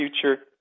future